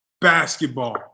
basketball